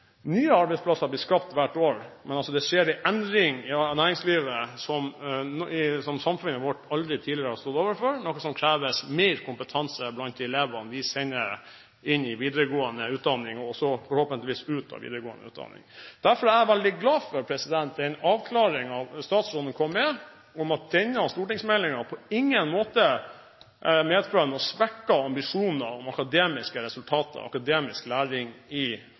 nye arbeidsplasser blir skapt hvert år. Men det skjer altså en endring i næringslivet som samfunnet vårt aldri tidligere har stått overfor, noe som gjør at det kreves mer kompetanse blant de elevene vi sender inn i videregående utdanning – og forhåpentligvis ut av videregående utdanning. Derfor er jeg veldig glad for den avklaringen statsråden kom med, om at denne stortingsmeldingen på ingen måte medfører at man svekker ambisjonene om akademiske resultater